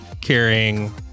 carrying